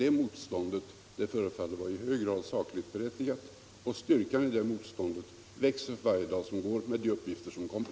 Det motståndet förefaller att i hög grad vara sakligt berättigat, och styrkan i det motståndet växer för varje dag som går, med de nya uppgifter som kommer.